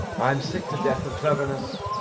i am sick to death of cleverness.